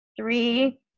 Three